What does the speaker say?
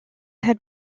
had